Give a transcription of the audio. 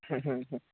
ହୁଁ ହୁଁ ହୁଁ